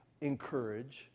encourage